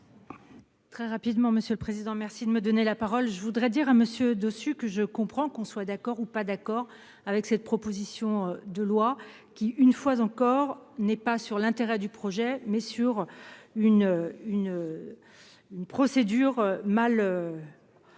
Très rapidement, monsieur le président. Merci de me donner la parole, je voudrais dire à monsieur dessus que je comprends qu'on soit d'accord ou pas d'accord avec cette proposition de loi qui une fois encore, n'est pas sur l'intérêt du projet mais sur une une. Une procédure mal.